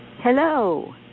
Hello